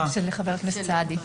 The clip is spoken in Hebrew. להערת חבר הכנסת סעדי.